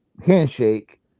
handshake